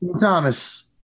Thomas